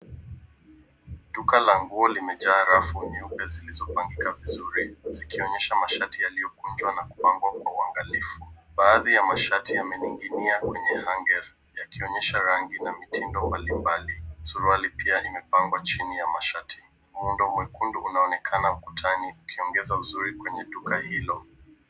Duka la nguo limejaa rafu nyeupe zilizopangika vizuri zikionyesha mashati yaliyokunjwa na kupangwa kwa uangalifu. Baadhi ya mashati yameninginia kwenye ange yakionyesha rangi na mitindo mbali mbali. Suruali pia imepangwa chini ya mashati. Muundo mwekundu unaonekana ukutani ukiongeza uzuri kwenye duka hilo.